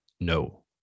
No